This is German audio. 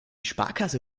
sparkasse